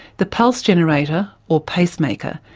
the pulse generator, or pacemaker,